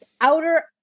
outer